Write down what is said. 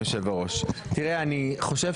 החלפת סגן זמני ליושב ראש הכנסת מטעם סיעת